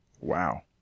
Wow